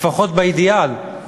לפחות באידיאל,